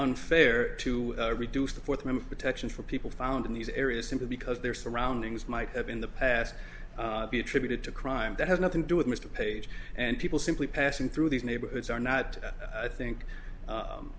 unfair to reduce the fourth member protections for people found in these areas simply because their surroundings might have in the past be attributed to crime that has nothing to do with mr page and people simply passing through these neighborhoods are not i think